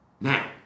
now